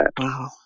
Wow